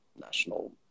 national